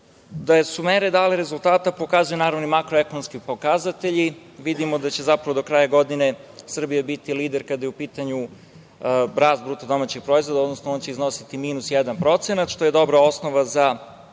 su mere dale rezultate pokazuju naravno i makroekonomski pokazatelji. Vidimo da će zapravo do kraja godine Srbija biti lider kada je u pitanju rast BDP-a, odnosno on će iznositi minus 1%, što je dobra osnova za